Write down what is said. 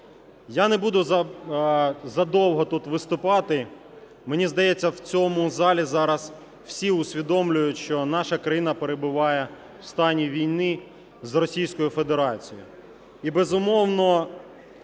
Я не буду задовго тут виступати. Мені здається, в цьому залі зараз всі усвідомлюють, що наша країна перебуває в стані війни з Російською Федерацією.